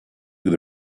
kde